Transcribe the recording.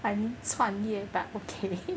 I mean 创业 but okay